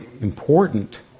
important